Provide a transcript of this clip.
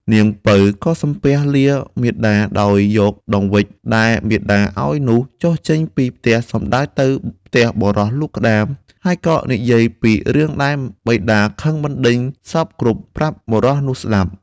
នាងពៅក៏សំពះលាមាតាដោយយកបង្វេចដែលមាតាឲ្យនោះចុះចេញពីផ្ទះសំដៅទៅផ្ទះបុរសលក់ក្ដាម ហើយក៏និយាយពីរឿងដែលបិតាខឹងបណ្ដេញសព្វគ្រប់ប្រាប់បុរសនោះស្តាប់។